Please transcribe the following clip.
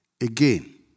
again